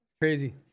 Crazy